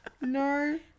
No